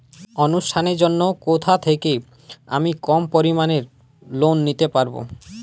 অনুষ্ঠানের জন্য কোথা থেকে আমি কম পরিমাণের লোন নিতে পারব?